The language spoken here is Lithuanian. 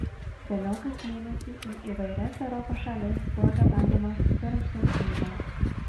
vėliau kas mėnesį į įvairias europos šalis buvo gabenamos surastos knygos